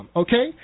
okay